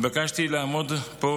התבקשתי לעמוד פה,